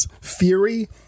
fury